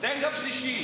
תן גם שלישית.